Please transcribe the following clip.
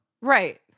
Right